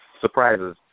surprises